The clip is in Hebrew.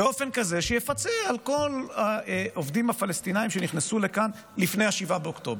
באופן כזה שיפצה על כל העובדים הפלסטינים שנכנסו לכאן לפני 7 באוקטובר.